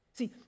See